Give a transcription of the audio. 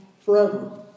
forever